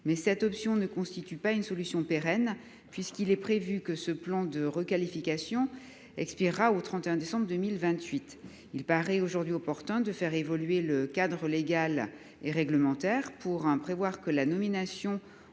mais cette option ne constitue pas une solution pérenne puisqu'il est prévu que ce plan de requalification expirera au 31 décembre 2028, il paraît aujourd'hui opportun de faire évoluer le cadre légal et réglementaire pour en prévoir que la nomination aux